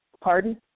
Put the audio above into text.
pardon